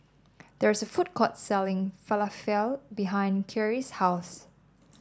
there is a food court selling Falafel behind Kyrie's house